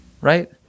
right